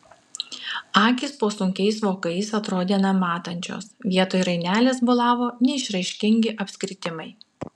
akys po sunkiais vokais atrodė nematančios vietoj rainelės bolavo neišraiškingi apskritimai